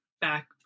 back